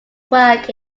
work